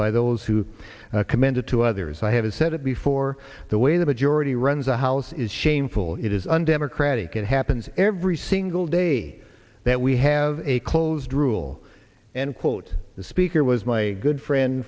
by those who commanded to others i have said it before the way the majority runs the house is shameful it is undemocratic it happens every single day that we have a closed rule and quote the speaker was my good friend